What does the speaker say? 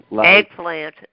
Eggplant